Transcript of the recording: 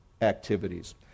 activities